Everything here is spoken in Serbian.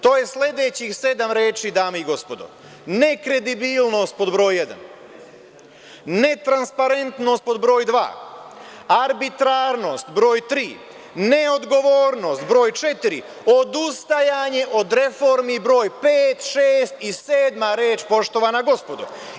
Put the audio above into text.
To je sledećih sedam reči dame i gospodo - nekredibilnost pod broj jedan, netransparentnost pod broj dva, arbitrarnost broj tri, neodgovornost broj četiri, odustajanje od reformi broj pet, šest i sedma reč, poštovana gospodo.